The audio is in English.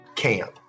camp